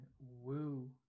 woo